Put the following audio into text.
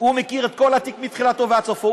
מכיר את כל התיק מתחילתו ועד סופו,